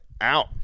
out